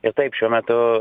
ir taip šiuo metu